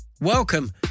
Welcome